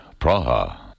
Praha